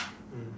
mm